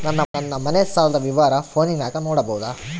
ನನ್ನ ಮನೆ ಸಾಲದ ವಿವರ ಫೋನಿನಾಗ ನೋಡಬೊದ?